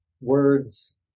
words